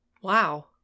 Wow